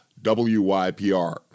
WYPR